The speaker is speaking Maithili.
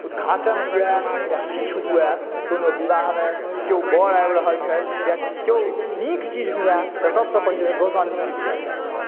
उद्घाटन हुए या किछु हुए कोनो विवाहमे केओ बर आबि रहल छथि या केओ नीक चीज हुए तऽ सभसँ पहिने गोसाउनिक गीत गाएल जाइत अछि